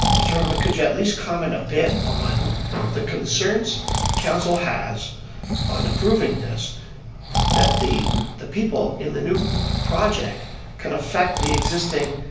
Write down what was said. mr. herlovich, could you at least comment a bit on the concerns council has on approving this that the the people in the new project can effect the existing,